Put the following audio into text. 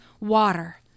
water